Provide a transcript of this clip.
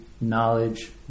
Knowledge